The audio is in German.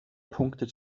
punkte